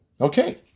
Okay